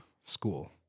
school